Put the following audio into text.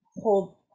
hold